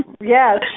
Yes